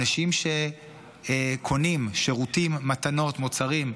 אנשים שקונים שירותים, מתנות, מוצרים,